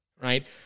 right